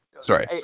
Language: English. Sorry